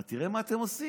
אבל תראה מה אתם עושים.